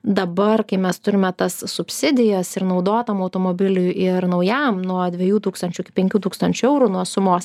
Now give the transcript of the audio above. dabar kai mes turime tas subsidijas ir naudotam automobiliui ir naujam nuo dviejų tūkstančių iki penkių tūkstančių eurų nuo sumos